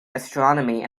astronomy